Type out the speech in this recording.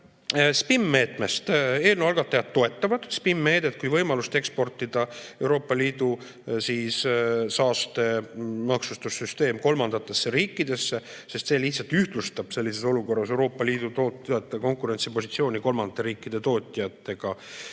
SPIM-meetmest. Eelnõu algatajad toetavad SPIM-meedet kui võimalust eksportida Euroopa Liidu saastemaksustussüsteem kolmandatesse riikidesse, sest see lihtsalt ühtlustab sellises olukorras Euroopa Liidu tootjate konkurentsipositsiooni kolmandate riikide tootjatega